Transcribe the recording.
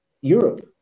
Europe